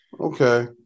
Okay